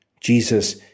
Jesus